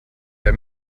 der